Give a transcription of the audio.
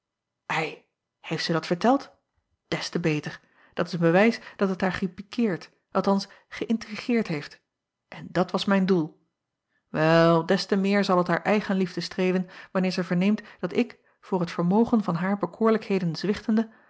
i heeft zij dat verteld es te beter dat is een bewijs dat het haar gepikeerd althans geïntrigeerd heeft en dat was mijn doel el des te meer zal het haar eigenliefde streelen wanneer zij verneemt dat ik voor het vermogen van haar